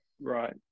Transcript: Right